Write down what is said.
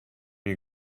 you